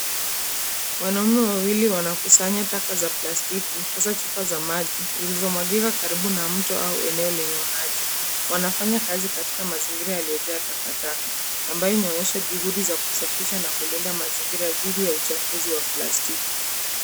Wanaume wawili wanakusanya taka za plastiki hasa chupa za maji zilizomwagika karibu na mto au eneo lenye maji. Wanafanya kazi katika mazingira yaliyojaa takataka ambayo inaonyesha juhudi za kusafisha na kulinda mazingira dhidi ya uchafuzi wa plastiki.